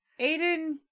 aiden